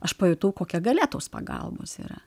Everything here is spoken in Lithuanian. aš pajutau kokia galia tos pagalbos yra